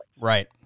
right